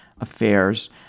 affairs